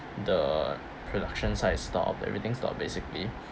the production side stopped everything stopped basically